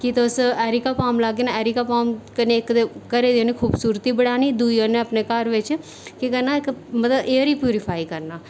कि तुस एरिकापाम लागे न एरिकापाम कन्नै इक ते घरै दी उन्नै खूबसूरती बढ़ानी दूई उन्नै अपने घर बिच्च केह् करना इक मतलब एयर गी प्यूरीफाई करना